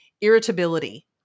Irritability